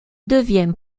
devient